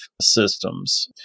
systems